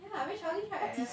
yeah very childish right